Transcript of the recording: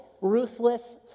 ruthless